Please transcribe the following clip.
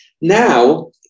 Now